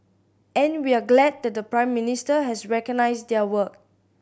and we're glad that the Prime Minister has recognised their work